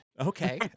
okay